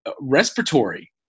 respiratory